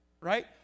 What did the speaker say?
Right